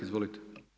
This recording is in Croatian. Izvolite.